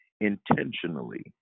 intentionally